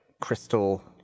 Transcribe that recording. crystal